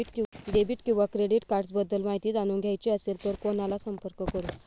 Debit किंवा credit cards बद्दल माहिती जाणून घ्यायची असेल तर कोणाला संपर्क करु?